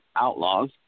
Outlaws